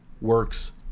works